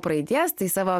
praeities tai savo